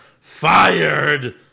fired